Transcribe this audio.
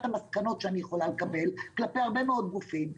המסקנות שאני יכולה לקבל כלפי הרבה מאוד גופים.